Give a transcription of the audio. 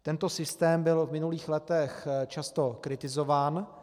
Tento systém byl v minulých letech často kritizován.